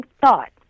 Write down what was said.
thought